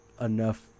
enough